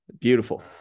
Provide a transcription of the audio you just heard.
Beautiful